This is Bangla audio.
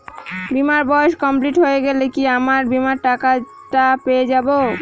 বীমার বয়স কমপ্লিট হয়ে গেলে কি আমার বীমার টাকা টা পেয়ে যাবো?